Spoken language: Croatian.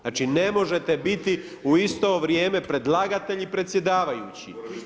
Znači, ne možete biti u isto vrijeme predlagatelj i predsjedavajući.